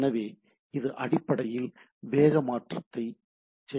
எனவே இது அடிப்படையில் வேக மாற்றத்தை செய்கிறது